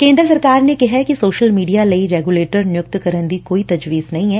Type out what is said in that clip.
ਕੇਂਦਰ ਸਰਕਾਰ ਨੇ ਕਿਹੈ ਕਿ ਸੋਸ਼ਲ ਮੀਡੀਆ ਲਈ ਰੈਗੁਲੇਟਰ ਨਿਯੁਕਤ ਕਰਨ ਦੀ ਕੋਈ ਤਜਵੀਜ਼ ਨਹੀਂ ਐ